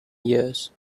years